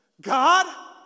God